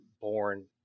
born